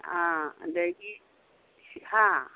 ꯑꯥ ꯑꯗꯒꯤ ꯍꯥ